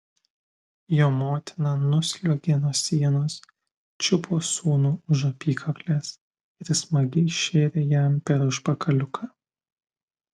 jo motina nusliuogė nuo sienos čiupo sūnų už apykaklės ir smagiai šėrė jam per užpakaliuką